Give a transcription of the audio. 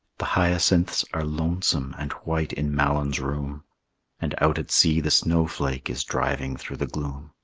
the hyacinths are lonesome and white in malyn's room and out at sea the snowflake is driving through the gloom.